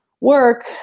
work